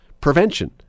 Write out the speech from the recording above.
prevention